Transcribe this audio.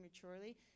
prematurely